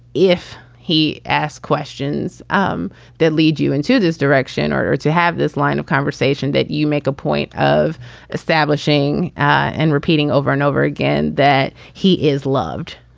if he ask questions um that lead you into this direction or to have this line of conversation that you make a point of establishing and repeating over and over again that he is loved,